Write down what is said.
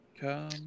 Come